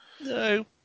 No